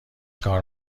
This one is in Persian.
کار